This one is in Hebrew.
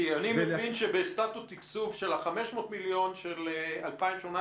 כי אני מבין שבסטטוס תקצוב של 500 מיליון של 2019-2018,